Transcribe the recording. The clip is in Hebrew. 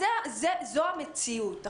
זו המציאות.